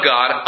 God